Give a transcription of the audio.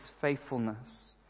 faithfulness